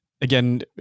Again